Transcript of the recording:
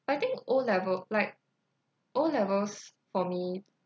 I think O level like O levels for me